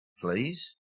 please